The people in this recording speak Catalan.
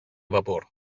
vapor